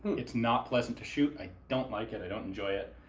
it's not pleasant to shoot, i don't like it, i don't enjoy it.